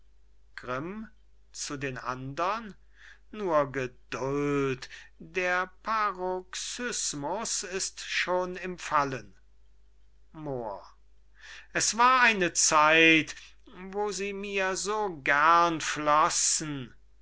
andern nur geduld der paroxysmus ist schon im fallen moor es war eine zeit wo sie mir so gern floßen